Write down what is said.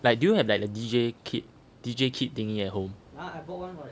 like do you have like the D_J kit D_J kit thing at home